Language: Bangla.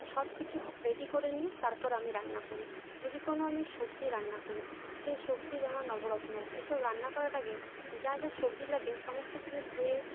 সব কিছু রেডি করে নিয়ে তারপর আমি রান্না করি যদি কোনো আমি সবজি রান্না করি সে সবজি যেমন নবরত্ন এসব রান্না করার আগে যা যা সবজি লাগে সমস্ত কিছু ধুয়ে